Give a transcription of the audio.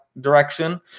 direction